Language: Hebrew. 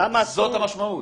זאת המשמעות.